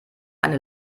eine